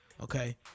Okay